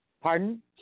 Pardon